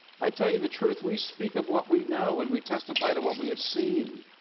i tell you the truth, we speak of what we know and we testify to what we have seen.